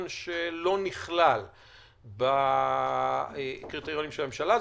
שלא נכלל בקריטריונים של הממשלה.